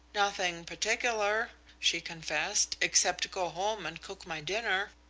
nothing particular, she confessed, except go home and cook my dinner.